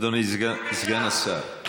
אדוני סגן השר,